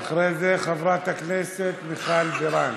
אחרי זה חברת הכנסת מיכל בירן.